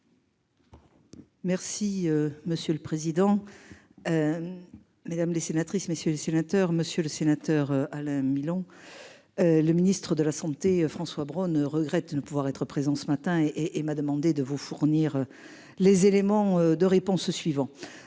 Merci monsieur le président. Mesdames les sénatrices messieurs les sénateurs, monsieur le sénateur Alain Milon. Le Ministre de la Santé François Braun regrette de ne pouvoir être présent ce matin et et m'a demandé de vous fournir. Les éléments de réponse suivants.